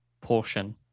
portion